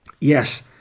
Yes